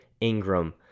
Ingram